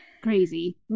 crazy